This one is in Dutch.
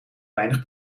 weinig